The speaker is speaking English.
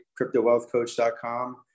CryptoWealthCoach.com